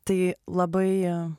tai labai